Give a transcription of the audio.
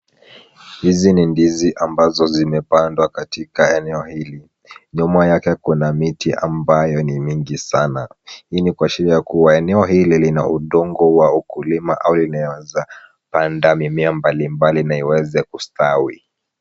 Hizi ni ndizi ambazo zimepandwa katika eneo hili. Nyuma yake kuna miti ambayo ni mingi sana, hii ni kuashiria kuwa eneo hili lina udongo wa ukulima au inaweza panda mimea mbalimbali na iweze kustawi.